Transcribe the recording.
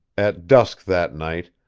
at dusk that night,